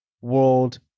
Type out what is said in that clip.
World